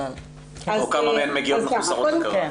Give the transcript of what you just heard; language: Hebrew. או כמה מהן מגיעות מחוסרות הכרה?